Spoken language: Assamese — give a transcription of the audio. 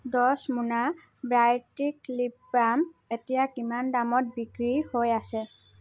দহ মোনা বায়'টিক লিপ বাম এতিয়া কিমান দামত বিক্রী হৈ আছে